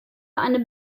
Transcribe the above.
eine